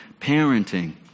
parenting